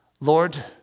Lord